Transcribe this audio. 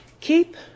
Keep